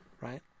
right